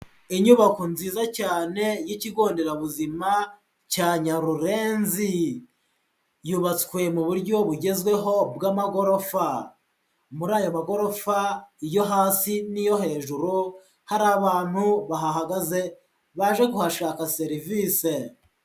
Inyubako nziza cyane y'ikigo nderabuzima cya Nyarurenzi, yubatswe mu buryo bugezweho bw'amagorofa, muri aya magorofa iyo hasi n'iyo hejuru hari abantu bahahagaze baje kuhashaka serivise.